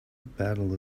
battle